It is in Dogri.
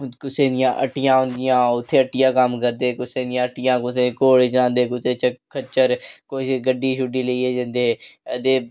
कुसै दियां हट्टियां होंदियां उत्थै हट्टिया कम्म करदे कुसै दी हट्टियां कुसै दे घोड़े चलांदे कुसै दे घोड़े खच्चर किश गड्डी शड्डी लेइये जंदे ते